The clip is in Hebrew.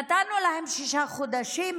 נתנו להם שישה חודשים,